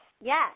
yes